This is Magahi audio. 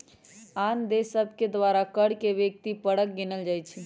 आन देश सभके द्वारा कर के व्यक्ति परक गिनल जाइ छइ